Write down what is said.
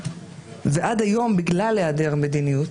ועד היום, בגלל היעדר מדיניות,